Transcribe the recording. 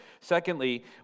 Secondly